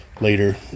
later